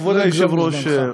כבוד היושב-ראש,